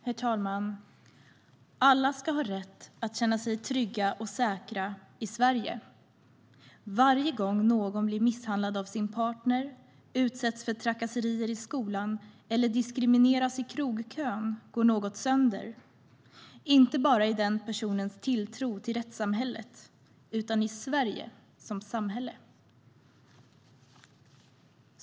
Herr talman! "Alla ska ha rätt att känna sig trygga och säkra i Sverige. Varje gång någon blir misshandlad av sin partner, utsätts för trakasserier i skolan eller diskrimineras i krogkön går något sönder - inte bara i den personens tilltro till rättssamhället, utan i Sverige som samhälle."